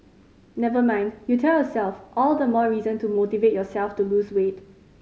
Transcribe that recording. never mind you tell yourself all the more reason to motivate yourself to lose weight